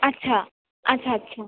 আচ্ছা আচ্ছা আচ্ছা